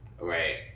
right